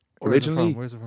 Originally